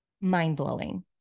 mind-blowing